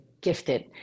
gifted